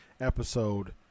episode